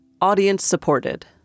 audience-supported